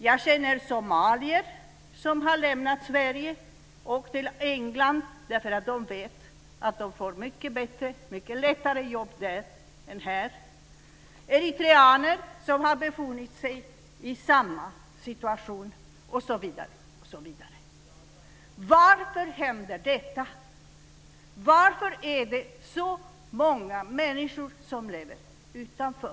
Jag känner somalier som har lämnat Sverige och åkt till England därför att de vet att de lättare får bättre jobb där än här. Eritreaner har befunnit sig i samma situation, osv. Varför händer detta? Varför är det så många människor som lever utanför?